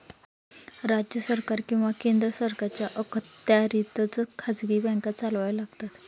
राज्य सरकार किंवा केंद्र सरकारच्या अखत्यारीतच खाजगी बँका चालवाव्या लागतात